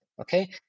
okay